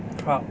crowd